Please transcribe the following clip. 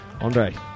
Andre